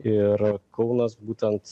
ir kaunas būtent